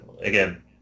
again